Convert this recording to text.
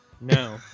No